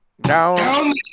Down